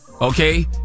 Okay